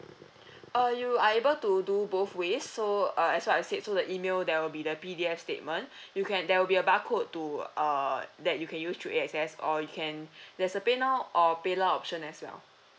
uh you are able to do both ways so uh as what I said so the email there will be the P_D_F statement you can there will be a bar code to uh that you can use through E access or you can there's a PayNow or PayLah option as well